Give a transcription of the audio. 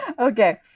Okay